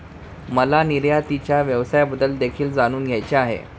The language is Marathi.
मला निर्यातीच्या व्यवसायाबद्दल देखील जाणून घ्यायचे आहे